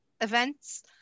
events